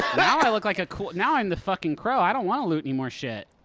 now i look like a cool now i'm the fucking crow. i don't want to loot any more shit.